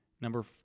Number